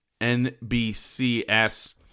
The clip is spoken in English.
NBCS